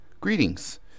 greetings